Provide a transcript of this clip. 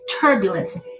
turbulence